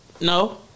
No